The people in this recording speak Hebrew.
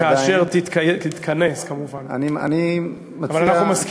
כאשר תתכנס כמובן, אבל אנחנו מסכימים.